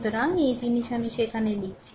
সুতরাং এই জিনিস আমি সেখানে লিখছি